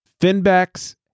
Finback's